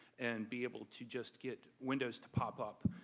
and be able to just get windows to pop up,